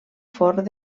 forn